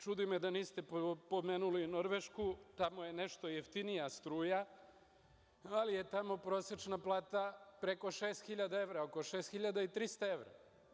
Čudi me da niste pomenuli Norvešku, tamo je nešto jeftinija struja, ali je tamo prosečna plata preko 6000 evra, oko 6300 evra.